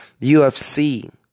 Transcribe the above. UFC